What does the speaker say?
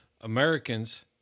Americans